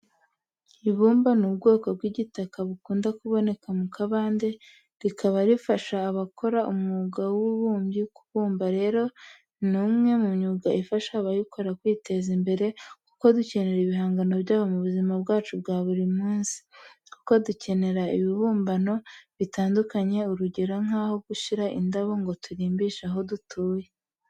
Ibumba ni ubwoko bw'igitaka bukunda kuboneka mu kabande, rikaba rifasha abakora umwuga w'ububumbyi. Kubumba rero ni umwe mu myuga ifasha abayikora kwiteza imbere kuko dukenera ibihangano byabo mu buzima bwacu bwa buri munsi, kuko dukenera ibibumbano bitandukanye, urugero ni nk'aho gushyira indabo ngo turimbishe aho dutuye.